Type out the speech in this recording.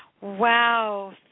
Wow